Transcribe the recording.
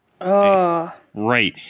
right